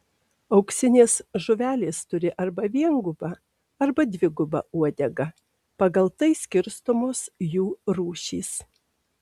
auksinės žuvelės turi arba viengubą arba dvigubą uodegą pagal tai skirstomos jų rūšys